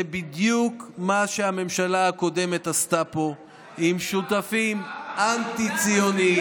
זה בדיוק מה שהממשלה הקודמת עשתה פה עם שותפים אנטי-ציונים,